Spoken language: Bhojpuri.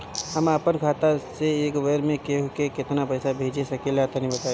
हम आपन खाता से एक बेर मे केंहू के केतना पईसा भेज सकिला तनि बताईं?